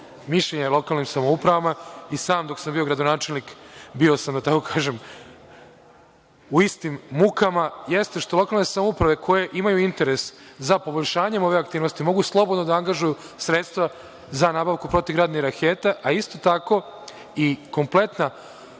mišljenje lokalnim samoupravama, i sam dok sam bio gradonačelnik, bio sam u istim mukama, jeste što lokalne samouprave koje imaju interes za poboljšanjem ove aktivnosti mogu slobodno da angažuju sredstva za nabavku protivgradnih raketa, a isto tako i kompletna